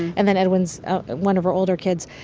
and then edwin's ah one of her older kids.